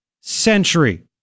century